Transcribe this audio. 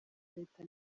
leta